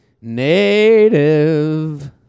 Native